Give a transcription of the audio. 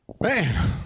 Man